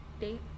date